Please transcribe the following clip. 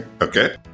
Okay